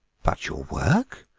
but your work?